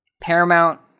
paramount